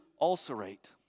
ulcerate